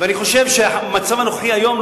אני חושב שבמצב הנוכחי היום,